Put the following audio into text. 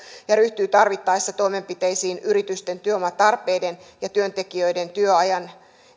ja ryhtyy tarvittaessa toimenpiteisiin yritysten työvoimatarpeiden ja työntekijöiden työajan